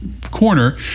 corner